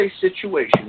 situation